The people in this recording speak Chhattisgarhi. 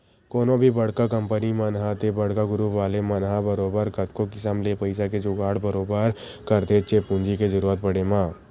कोनो भी बड़का कंपनी मन ह ते बड़का गुरूप वाले मन ह बरोबर कतको किसम ले पइसा के जुगाड़ बरोबर करथेच्चे पूंजी के जरुरत पड़े म